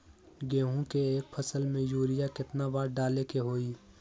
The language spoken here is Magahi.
गेंहू के एक फसल में यूरिया केतना बार डाले के होई?